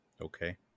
Okay